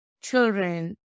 children